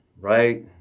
right